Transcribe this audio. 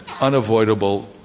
unavoidable